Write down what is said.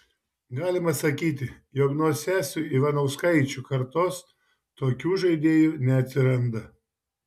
galima sakyti jog nuo sesių ivanauskaičių kartos tokių žaidėjų neatsiranda